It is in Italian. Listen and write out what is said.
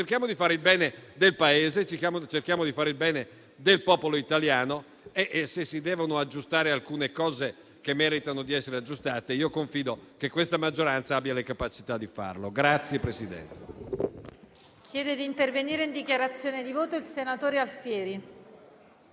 Cerchiamo di fare il bene del Paese, cerchiamo di fare il bene del popolo italiano e, se si devono aggiustare alcune cose che meritano di essere aggiustate, io confido che questa maggioranza abbia le capacità di farlo.